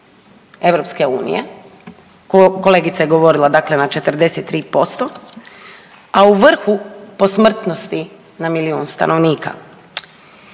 EU. Kolegica je govorila, dakle na 43% a u vrhu po smrtnosti na milijun stanovnika.